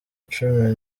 cumi